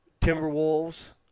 Timberwolves